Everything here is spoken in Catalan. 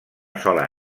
sola